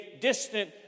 distant